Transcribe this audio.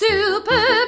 Super